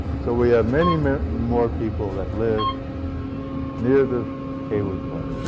so we have many many more people that live near the hayward fault.